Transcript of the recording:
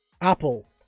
apple